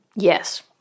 Yes